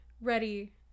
ready